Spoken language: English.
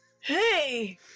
Hey